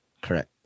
correct